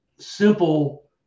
simple